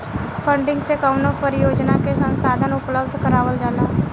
funding से कवनो परियोजना के संसाधन उपलब्ध करावल जाला